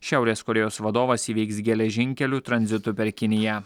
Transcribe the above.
šiaurės korėjos vadovas įveiks geležinkeliu tranzitu per kiniją